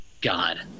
God